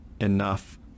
enough